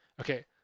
Okay